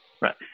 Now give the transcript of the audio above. Right